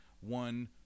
one